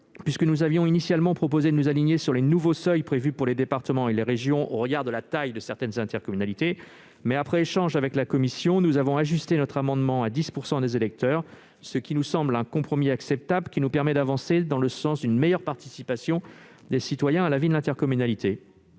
nous avions initialement proposé de nous aligner sur les nouveaux seuils prévus pour les départements et les régions. Toutefois, après avoir échangé avec la commission, nous avons ajusté notre amendement à 10 % des électeurs. Il s'agit d'un compromis acceptable, qui nous permet d'avancer dans le sens d'une meilleure participation des citoyens à la vie de l'intercommunalité.